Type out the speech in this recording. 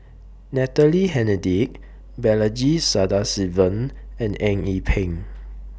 Natalie Hennedige Balaji Sadasivan and Eng Yee Peng